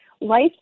life